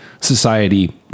society